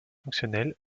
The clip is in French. fonctionnel